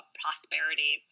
prosperity